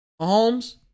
Mahomes